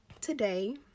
today